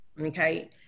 okay